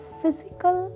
physical